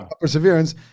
Perseverance